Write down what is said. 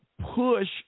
push